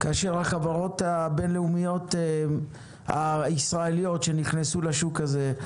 כאשר החברות הבינלאומיות הישראליות שנכנסו לשוק הזה,